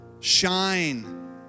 Shine